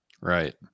Right